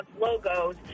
logos